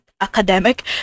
academic